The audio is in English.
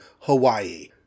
Hawaii